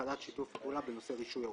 להחלת שיתוף פעולה בנושא רישוי האוטובוסים.